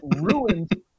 ruined